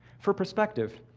for perspective,